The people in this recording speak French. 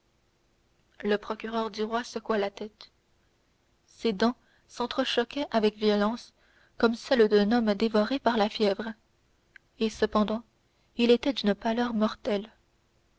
le procureur du roi secoua la tête ses dents s'entrechoquaient avec violence comme celles d'un homme dévoré par la fièvre et cependant il était d'une pâleur mortelle